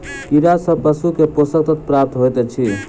कीड़ा सँ पशु के पोषक तत्व प्राप्त होइत अछि